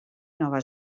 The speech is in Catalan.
nova